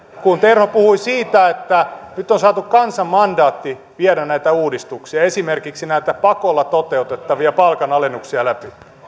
kun terho puhui siitä että nyt on saatu kansan mandaatti viedä näitä uudistuksia läpi esimerkiksi näitä pakolla toteutettavia palkanalennuksia